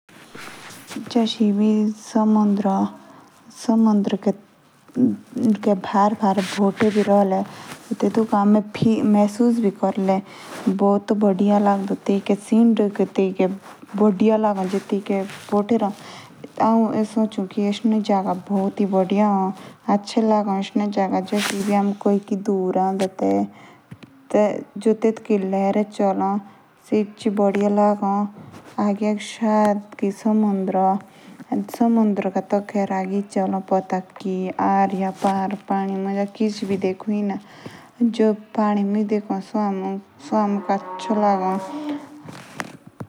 जेश एबी समनंद्र ए। ताश अमे तिके समुद्र के किनार बोथे भूमिका। या तेतुक हमे मेहसुस क्रले।